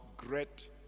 great